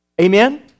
Amen